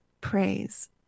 praise